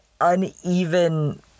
uneven